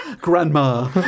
Grandma